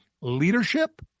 leadership